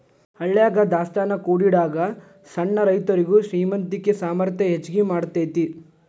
ಹಳ್ಯಾಗ ದಾಸ್ತಾನಾ ಕೂಡಿಡಾಗ ಸಣ್ಣ ರೈತರುಗೆ ಶ್ರೇಮಂತಿಕೆ ಸಾಮರ್ಥ್ಯ ಹೆಚ್ಗಿ ಮಾಡತೈತಿ